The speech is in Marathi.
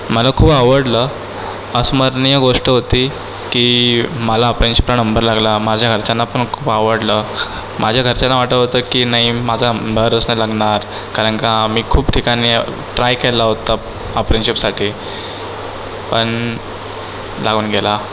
मला खूप आवडलं अस्मरणीय गोष्ट होती की मला अप्रेनशिपला नंबर लागला माझ्या घरच्यांना पण खूप आवडलं माझ्या घरच्यांना वाटत होतं की नाही माझा नंबरच नाही लागणार कारण का मी खूप ठिकाणी ट्राय केला होतं अप्रेनशिपसाठी पण लागून गेला